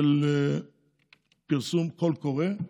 של פרסום קול קורא,